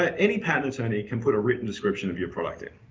ah any patent attorney can put a written description of your product in.